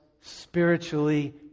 spiritually